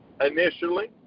initially